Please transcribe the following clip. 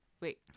Wait